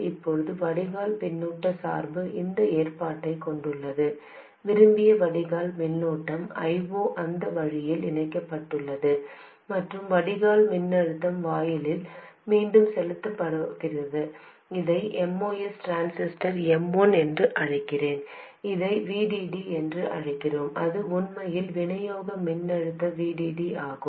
இப்போது வடிகால் பின்னூட்ட சார்பு இந்த ஏற்பாட்டைக் கொண்டுள்ளது விரும்பிய வடிகால் மின்னோட்டம் I0 அந்த வழியில் இணைக்கப்பட்டுள்ளது மற்றும் வடிகால் மின்னழுத்தம் வாயிலில் மீண்டும் செலுத்தப்படுகிறது இதை MOS டிரான்சிஸ்டர் M1 என்று அழைக்கிறேன் இதை VDD என்று அழைக்கிறேன் இது உண்மையில் விநியோக மின்னழுத்த VDD ஆகும்